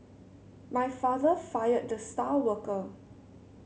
my father fired the star worker